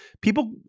people